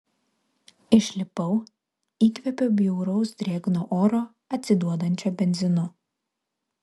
išlipau įkvėpiau bjauraus drėgno oro atsiduodančio benzinu